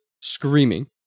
screaming